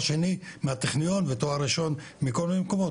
שני מהטכניון ותואר ראשון מכל מיני מקומות,